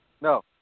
No